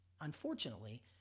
Unfortunately